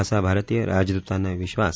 असा भारतीय राजदूतांना विश्वास